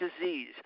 disease